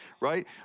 right